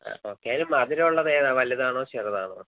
ആ ഓക്കെ അതിൽ മധുരം ഉള്ളത് ഏതാണ് വലുതാണോ ചെറുതാണോ